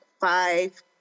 five